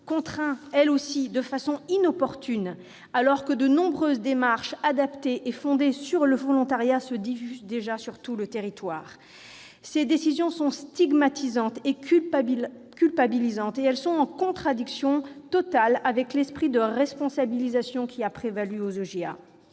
contraint, elle aussi, de façon inopportune, alors que de nombreuses démarches adaptées et fondées sur le volontariat se diffusent déjà sur tout le territoire. Ces décisions sont stigmatisantes et culpabilisantes. Elles sont en contradiction totale avec l'esprit de responsabilisation qui a prévalu lors